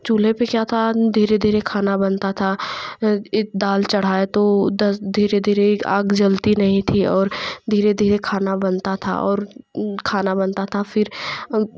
चूल्हे पर क्या था धीरे धीरे खाना बनता था दाल चढ़ाए तो दस धीरे धीरे आग जलती नहीं थी और धीरे धीरे खाना बनता था और खाना बनता था फ़िर